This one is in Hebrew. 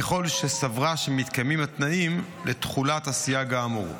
ככל שסברה שמתקיימים התנאים לתחולת הסייג האמור.